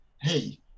hey